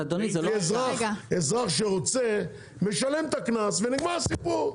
אזרח שרוצה משלם את הקנס ונגמר הסיפור.